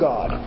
God